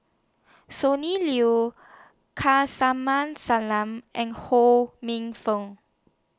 Sonny Liew Salam and Ho Minfong